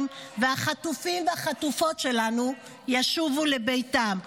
והחטופים והחטופות שלנו ישובו הביתה".